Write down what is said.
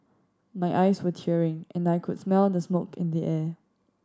my eyes were tearing and I could smell the smoke in the air